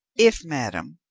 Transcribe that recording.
if, madam,